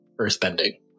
earthbending